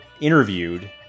interviewed